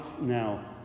now